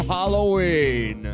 Halloween